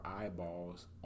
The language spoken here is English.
eyeballs